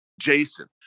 Jason